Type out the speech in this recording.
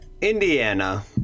Indiana